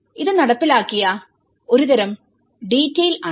ഇത് നടപ്പിലാക്കിയ ഒരുതരം ഡീറ്റൈൽ ആണ്